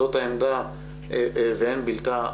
זאת העמדה ואין בלתה.